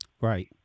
Right